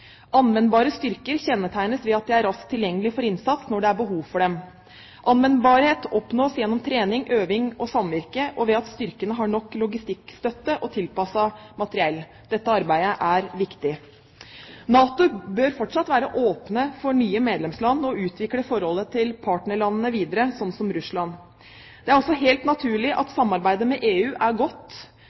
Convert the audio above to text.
Anvendbare styrker kjennetegnes ved at de er raskt tilgjengelige for innsats når det er behov for dem. Anvendbarhet oppnås gjennom trening, øving og samvirke, og ved at styrkene har nok logistikkstøtte og tilpasset materiell. Dette arbeidet er viktig. NATO bør fortsatt være åpen for nye medlemsland og utvikle forholdet til partnerlandene videre sånn som Russland. Det er også helt naturlig at samarbeidet med EU er godt,